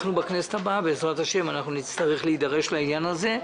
בכנסת הבאה, בעזרת השם, נצטרך להידרש לעניין הזה.